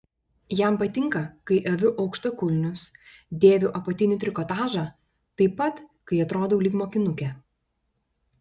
jam patinka kai aviu aukštakulnius dėviu apatinį trikotažą taip pat kai atrodau lyg mokinukė